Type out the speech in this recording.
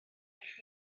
eich